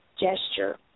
gesture